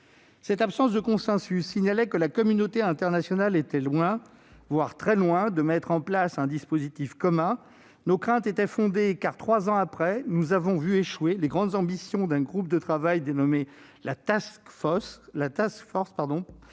Cette absence de consensus montrait que la communauté internationale était loin, voire très loin de mettre en place un dispositif commun. Nos craintes étaient fondées, car, trois ans après, nous avons assisté à la fin des grandes ambitions d'un groupe de travail dénommé, coprésidé